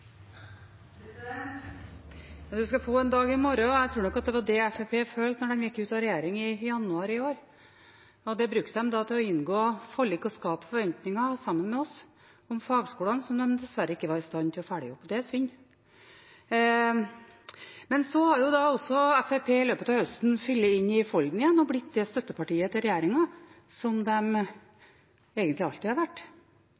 skal få en dag i mårå» – jeg tror nok det var det Fremskrittspartiet følte da de gikk ut av regjering i januar i år. Det brukte de til å inngå forlik om fagskolene og skape forventninger sammen med oss, som de dessverre ikke var i stand til å følge opp. Det er synd. Men så har også Fremskrittspartiet i løpet av høsten falt inn i folden igjen og blitt det støttepartiet til regjeringen som